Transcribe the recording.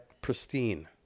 Pristine